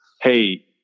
Hey